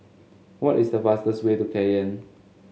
what is the fastest way to Cayenne